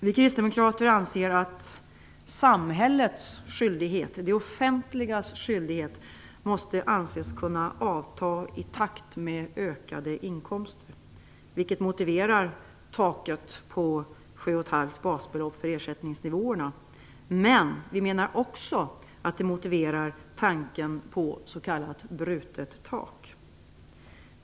Vi kristdemokrater anser att samhällets skyldighet, det offentligas skyldighet, måste anses kunna avta i takt med ökade inkomster, vilket motiverar taket på sju och ett halvt basbelopp för ersättningsnivåerna. Men vi menar också att det motiverar tanken på s.k. brutet tak.